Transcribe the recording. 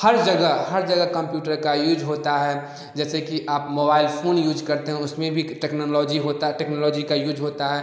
हर जगह हर जगह कंप्यूटर का यूज होता है जैसे कि आप मोबाइल फोन यूज करते हैं उसमें भी टेक्नोलॉजी होता है टेक्नोलॉजी का यूज होता है